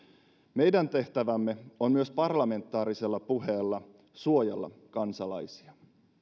meidän tehtävämme on myös parlamentaarisella puheella suojella kansalaisia